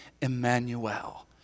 Emmanuel